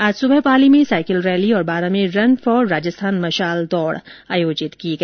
आज सुबह पाली में साइकिल रैली और बारा में रन फॉर राजस्थान मशाल दौड़ का आयोजन किया गया